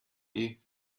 you